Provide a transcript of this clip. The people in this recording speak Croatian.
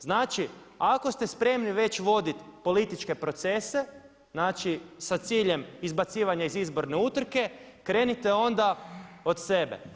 Znači ako ste spremni već voditi političke procese sa ciljem izbacivanja iz izborne utrke krenite onda od sebe.